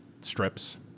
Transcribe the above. strips